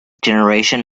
generation